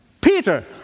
Peter